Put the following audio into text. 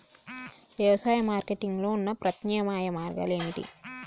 వ్యవసాయ మార్కెటింగ్ లో ఉన్న ప్రత్యామ్నాయ మార్గాలు ఏమిటి?